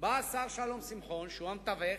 בא השר שלום שמחון, שהוא המתווך,